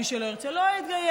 מי שלא ירצה לא יתגייס,